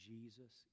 Jesus